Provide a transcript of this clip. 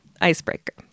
Icebreaker